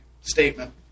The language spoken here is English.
statement